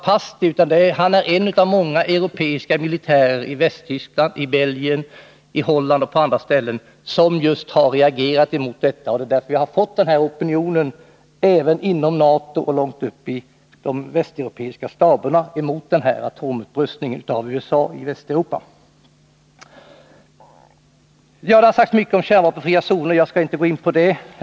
Pasti är en av många europeiska militärer — i Västtyskland, Belgien, Holland och på många andra håll — som reagerat mot detta påstående. Det är därför vi har fått en opinion även inom NATO och de västeuropeiska staberna mot USA:s atomupprustning i Västeuropa. Det har sagts mycket om kärnvapenfria zoner — jag skall inte gå in på det ämnet.